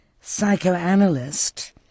psychoanalyst